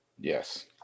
yes